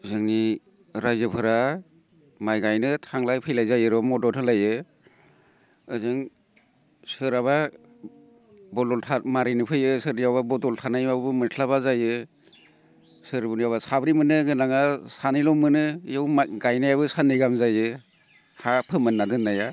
जोंनि रायजोफोरा माइ गायनो थांलाय फैलाय जायो र' मदद होलायो ओजों सोरहाबा बदल मारिनो फैयो सोरनियावबा बदल थानायावबो मोनस्लाबा जायो साब्रै मोननो गोनांआ सानैल' मोनो बेयाव गायनायाबो साननै गाहाम जायो हा फोमोनना दोननाया